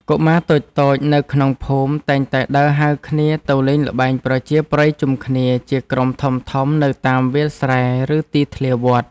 កុមារតូចៗនៅក្នុងភូមិតែងតែដើរហៅគ្នាទៅលេងល្បែងប្រជាប្រិយជុំគ្នាជាក្រុមធំៗនៅតាមវាលស្រែ ឬទីធ្លាវត្ត។